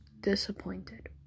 disappointed